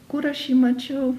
kur aš jį mačiau